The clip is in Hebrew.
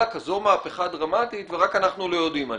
כזו מהפכה דרמטית ורק אנחנו לא יודעים עליה.